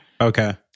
Okay